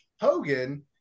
Hogan